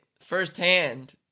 firsthand